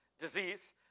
disease